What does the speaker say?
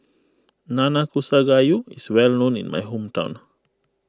Nanakusa Gayu is well known in my hometown